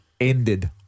ended